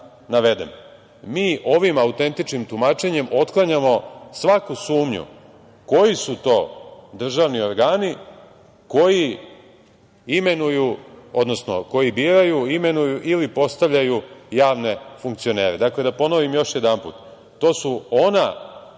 ovim autentičnim tumačenjem otklanjamo svaku sumnju koji su to državni organi koji imenuju, odnosno koji biraju, imenuju ili postavljaju javne funkcionere. Dakle, da ponovim još jednom – to su ona